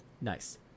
Nice